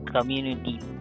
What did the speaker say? community